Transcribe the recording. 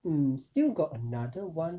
mm still got another one